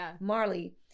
Marley